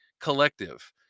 Collective